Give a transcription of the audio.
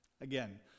Again